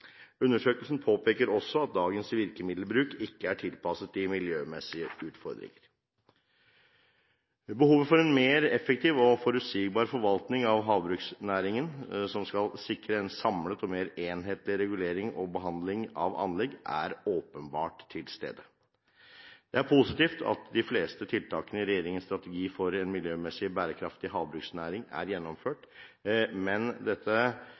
Undersøkelsen påpeker også at dagens virkemiddelbruk ikke er tilpasset de miljømessige utfordringene. Behovet for en mer effektiv og forutsigbar forvaltning av havbruksnæringen som skal sikre en samlet og mer enhetlig regulering og behandling av anlegg, er åpenbart til stede. Det er positivt at de fleste tiltakene i regjeringens strategi for en miljømessig bærekraftig havbruksnæring er gjennomført, men dette